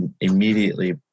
immediately